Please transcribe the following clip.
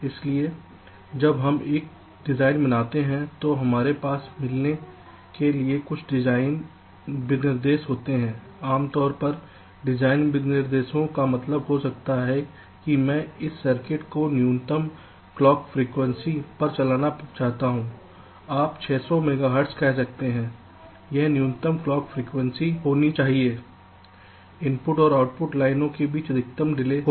इसलिए जब हम एक डिज़ाइन बनाते हैं तो हमारे पास मिलने के लिए कुछ डिज़ाइन विनिर्देश होते हैं आमतौर पर डिज़ाइन विनिर्देशों का मतलब हो सकता है कि मैं इस सर्किट को न्यूनतम क्लॉक फ्रीक्वेंसी पर चलाना चाहता हूं आप 600 मेगाहर्ट्ज़ कह सकते हैं यह न्यूनतम क्लॉक फ्रीक्वेंसी होनी चाहिए इनपुट और आउटपुट लाइनों के बीच अधिकतम डिले हो